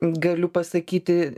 galiu pasakyti